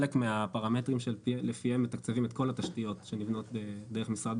חלק מהפרמטרים שלפיהם מתקצבים את כל התשתיות שנבנות דרך משרד